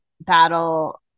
battle